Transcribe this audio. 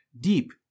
deep